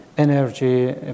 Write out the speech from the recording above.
energy